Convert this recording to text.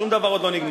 שום דבר עוד לא נגמר.